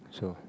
so